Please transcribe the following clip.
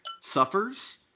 suffers